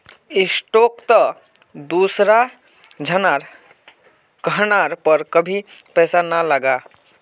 स्टॉकत दूसरा झनार कहनार पर कभी पैसा ना लगा